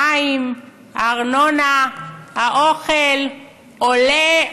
המים, הארנונה, האוכל, עולה,